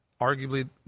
arguably